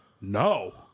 No